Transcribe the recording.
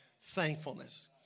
thankfulness